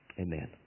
Amen